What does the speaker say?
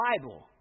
Bible